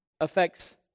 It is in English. affects